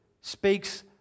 speaks